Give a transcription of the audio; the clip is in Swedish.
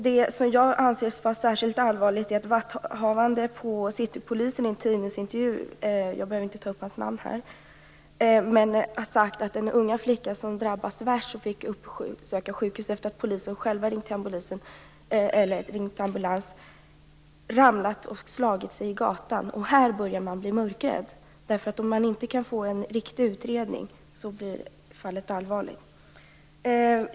Det jag anser vara särskilt allvarligt är att vakthavande vid citypolisen - jag behöver inte ta upp hans namn här - i en tidningsintervju har sagt att den unga flicka som drabbades värst, som fick uppsöka sjukhus efter det att polisen själv ringt efter ambulans, ramlat och slagit sig i gatan. Här börjar man bli mörkrädd! Om man inte kan få en riktig utredning blir fallet allvarligt.